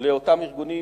לאותם ארגונים